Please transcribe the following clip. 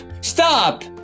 Stop